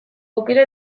aukera